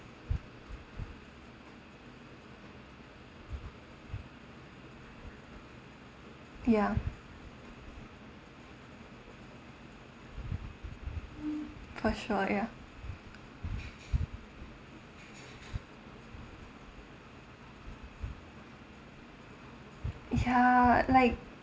ya for sure ya ya like